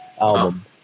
album